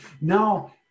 now